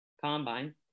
combine